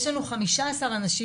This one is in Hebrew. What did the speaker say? יש לנו 15 אנשים,